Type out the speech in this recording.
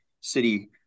City